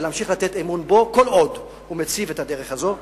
ולהמשיך לתת אמון בו כל עוד הוא מציב את הדרך הזאת.